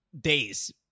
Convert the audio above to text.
days